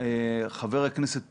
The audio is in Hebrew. חבר הכנסת פינדרוס.